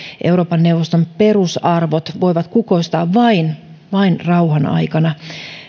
euroopan neuvoston perusarvot voivat kukoistaa vain vain rauhan aikana